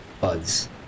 buds